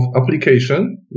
application